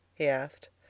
he asked.